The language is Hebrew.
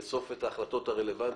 לאסוף את החלטות הרלוונטיות,